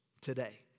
today